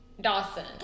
Dawson